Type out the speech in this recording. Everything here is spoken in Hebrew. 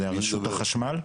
זאת רשות החשמל?